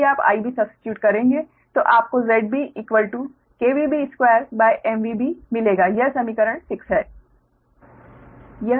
यदि आप 𝑰𝑩 सब्स्टीट्यूट करेंगे तो आपको ZB B2MVAB मिलेगा यह समीकरण 6 है